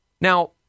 Now